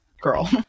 Girl